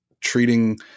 treating